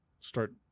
start